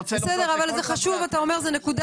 נקודה חשובה.